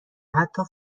حتی